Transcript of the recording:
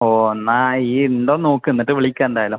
ഓ എന്നാൽ ഈ ഉണ്ടോ നോക്ക് എന്നിട്ട് വിളിക്ക് എന്തായാലും